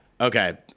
Okay